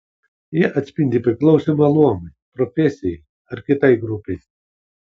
jie atspindi priklausymą luomui profesijai ar kitai grupei